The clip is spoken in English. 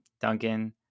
Duncan